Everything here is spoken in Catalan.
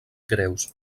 greus